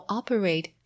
operate